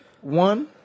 One